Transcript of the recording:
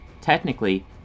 Technically